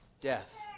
death